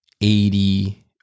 eighty